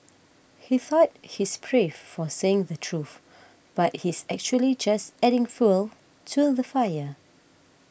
he thought he's brave for saying the truth but he's actually just adding fuel to the fire